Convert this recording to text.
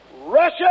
Russia